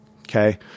Okay